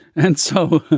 and so.